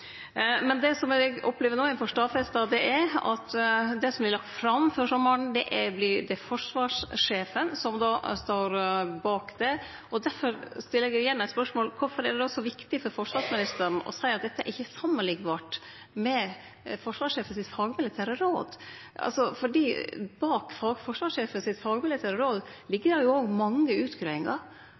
Men lat no det liggje. Det eg opplever at ein får stadfesta no, er at det som vert lagt fram før sommaren, er det forsvarssjefen som står bak. Difor stiller eg igjen spørsmålet: Kvifor er det då så viktig for forsvarsministeren å seie at dette ikkje er samanliknbart med forsvarssjefen sitt fagmilitære råd, for bak forsvarssjefen sitt fagmilitære råd ligg det jo òg mange utgreiingar?